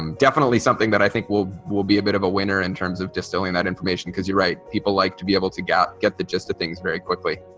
um definitely something that i think will will be a bit of a winner in terms of distilling that information because you're right, people like to be able to get get the gist of things very quickly.